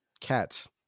Cats